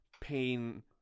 pain